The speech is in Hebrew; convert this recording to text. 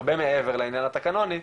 הרבה מעבר לעניין התקנוני,